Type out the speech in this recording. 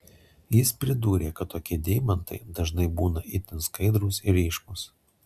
jis pridūrė kad tokie deimantai dažnai būna itin skaidrūs ir ryškūs